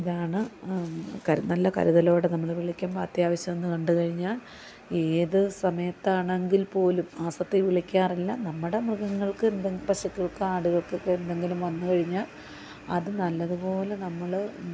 ഇതാണ് നല്ല കരുതല് നല്ല കരുതലോടെ നമ്മള് വിളിക്കുമ്പോള് അത്യാവശ്യമെന്നും കണ്ടുകഴിഞ്ഞാല് ഏത് സമയത്താണെങ്കിൽ പോലും മാസത്തിൽ വിളിക്കാറില്ല നമ്മുടെ മൃഗങ്ങൾക്ക് പശുകൾക്ക് ആടുകൾക്കൊക്കെ എന്തെങ്കിലും വന്നുകഴിഞ്ഞാല് അത് നല്ലതു പോലെ നമ്മള്